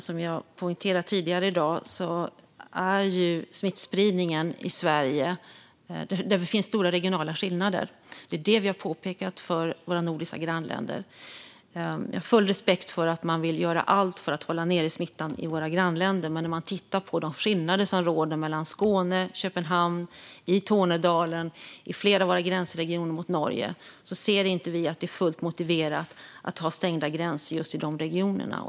Som jag poängterade tidigare i dag finns det ju stora regionala skillnader i smittspridningen i Sverige. Det har vi påpekat för våra nordiska grannländer. Jag har full respekt för att man vill göra allt för att hålla nere smittan i våra grannländer, men när vi tittar på de skillnader som råder mellan Skåne och Köpenhamn, i Tornedalen och i flera av våra gränsregioner mot Norge ser vi inte att det är fullt motiverat att ha stängda gränser i de regionerna.